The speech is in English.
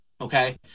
Okay